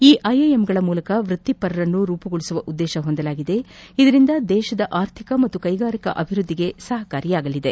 ಈ ಐಎಂಗಳ ಮೂಲಕ ವೃತ್ತಿಪರರನ್ನು ರೂಪುಗೊಳಿಸುವ ಉದ್ದೇಶ ಹೊಂದಲಾಗಿದ್ದು ಇದರಿಂದ ದೇಶದ ಆರ್ಥಿಕ ಮತ್ತು ಕ್ಷೆಗಾರಿಕಾಭಿವೃದ್ದಿಗೆ ಸಹಕಾರಿಯಾಗಲಿದೆ